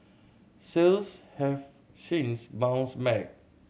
sales have since bounced back